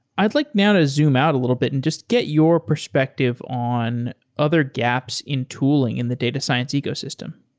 i'd like now to zoom out a little bit and just get your perspective on other gaps in tooling in the data science ecosystem.